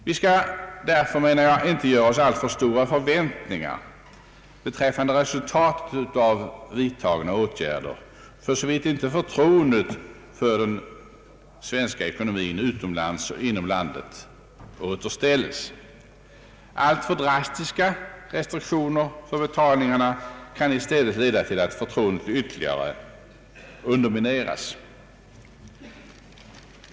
Vi skall därför inte göra oss alltför stora förväntningar beträffande resultatet av nu vidtagna åtgärder, för så vitt inte förtroendet för den svenska ekonomin utomlands och inomlands återställes. Alltför drastiska restriktioner för betalningarna kan leda till att förtroendet ytterligare undermineras.